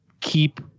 keep